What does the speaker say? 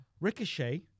Ricochet